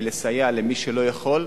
לסייע למי שלא יכול,